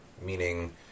meaning